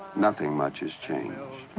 nothing much has changed.